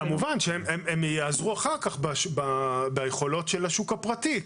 כמובן שהן יעזרו אחר כך ביכולות של השוק הפרטי,